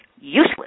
useless